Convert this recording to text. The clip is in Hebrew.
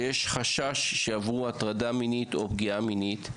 שיש חשש שעברו הטרדה מינית או פגיעה מינית,